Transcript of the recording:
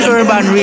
Urban